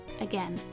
Again